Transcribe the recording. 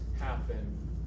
happen